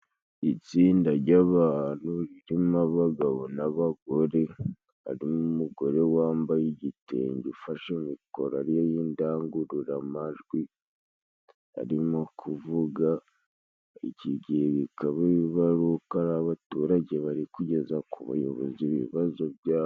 Itsinda jy'abantu ririmo abagabo n'abagore, harimo n'umugore wambaye igitenge ufashe mikoro ariyo y'indangururamajwi arimo kuvuga, iki gihe bikaba biba ari uko hari abaturage bari kugeza ku bayobozi ibibazo byabo.